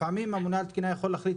לפעמים הממונה על התקינה יכול להחליט